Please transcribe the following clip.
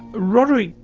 roderick,